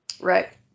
Right